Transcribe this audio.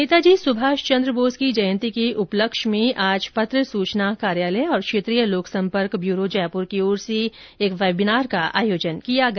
नेताजी सुभाष चन्द्र बोस की जयंती के उपलक्ष्य में आज पत्र सुचना कार्यालय और क्षेत्रीय लोक संपर्क ब्यूरो जयपुर की ओर से एक वेबिनार का आयोजन किया गया